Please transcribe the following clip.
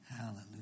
Hallelujah